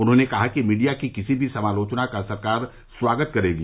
उन्होंने कहा कि मीडिया की किसी भी समालोचना का सरकार स्वागत करेगी